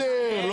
בסדר.